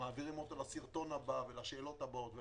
מעבירים אותו לסרטון הבא ולשאלות הבאות ולהסברים.